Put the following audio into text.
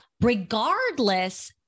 regardless